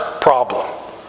problem